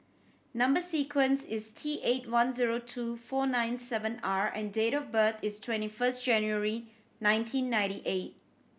number sequence is T eight one zero two four nine seven R and date of birth is twenty first January nineteen ninety eight